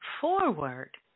forward